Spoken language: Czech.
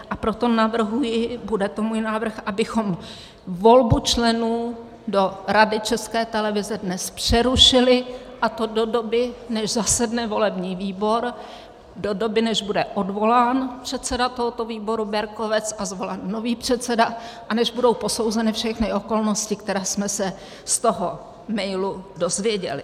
A proto navrhuji, bude to můj návrh, abychom volbu členů do Rady České televize dnes přerušili, a to do doby, než zasedne volební výbor, do doby, než bude odvolán předseda tohoto výboru Berkovec a zvolen nový předseda a než budou posouzeny všechny okolnosti, které jsme se z toho mailu dozvěděli.